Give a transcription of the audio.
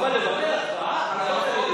לבטל הצבעה על חוסר ידיעה?